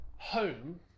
Home